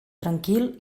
tranquil